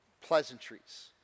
pleasantries